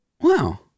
wow